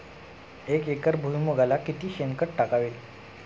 एक एकर भुईमुगाला किती शेणखत टाकावे?